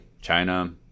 china